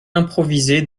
improvisé